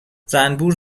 زنبور